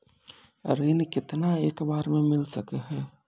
ऋण केतना एक बार मैं मिल सके हेय?